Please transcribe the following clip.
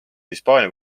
hispaania